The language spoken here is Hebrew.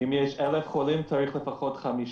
אם יש 1,000 חולים, צריך לפחות 50